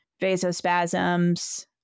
vasospasms